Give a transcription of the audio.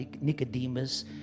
Nicodemus